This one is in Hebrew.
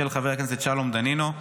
של חבר הכנסת שלום דנינו,